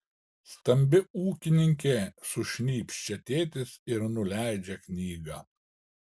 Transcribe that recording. stambi ūkininkė sušnypščia tėtis ir nuleidžia knygą